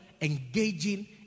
engaging